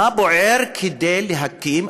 מה בוער להקים,